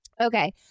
okay